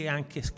anche